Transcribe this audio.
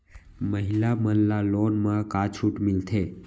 महिला मन ला लोन मा का छूट मिलथे?